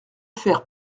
faire